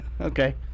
Okay